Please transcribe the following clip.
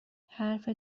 حرف